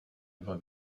dva